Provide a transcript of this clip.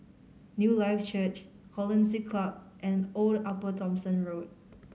Newlife Church Hollandse Club and Old Upper Thomson Road